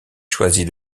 choisit